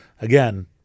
again